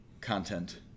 content